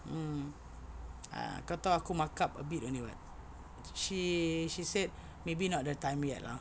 mm ah kau tahu aku mark up a bit only [what] she she said maybe not the time yet lah